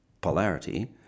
polarity